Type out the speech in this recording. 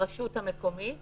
ברשות המקומית